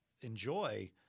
enjoy